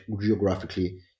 geographically